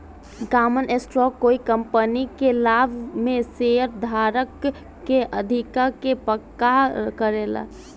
common stock कोइ company के लाभ में शेयरधारक के अधिकार के पक्का करेला